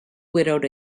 widowed